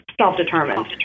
self-determined